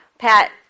Pat